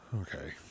Okay